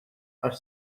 għax